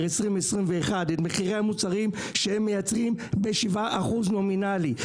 2021 את מחירי המוצרים שהם מייצרים ב-7% נומינלי.